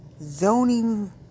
zoning